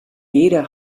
jeder